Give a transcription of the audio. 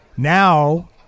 Now